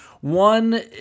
one